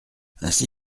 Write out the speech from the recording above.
ainsi